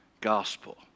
gospel